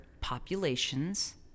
populations